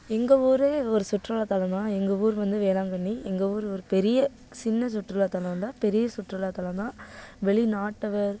எங்கள் ஊர் ஒரு சுற்றுலாத்தலம் தான் எங்கள் ஊர் வந்து வேளாங்கண்ணி எங்கள் ஊர் ஒரு பெரிய சின்ன சுற்றுலாத்தலம் இல்லை பெரிய சுற்றுலாத்தலம் தான் வெளிநாட்டவர்